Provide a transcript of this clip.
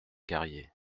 carrier